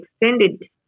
extended